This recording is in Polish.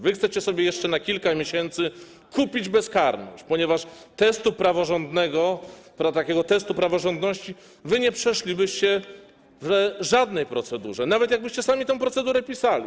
Wy chcecie sobie jeszcze na kilka miesięcy kupić bezkarność, ponieważ testu praworządnego... takiego testu praworządności nie przeszlibyście w żadnej procedurze, nawet jakbyście sami tę procedurę pisali.